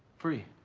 free.